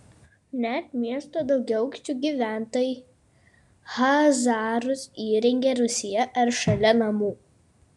net miesto daugiaaukščių gyventojai chazarus įrengia rūsyje ar šalia namų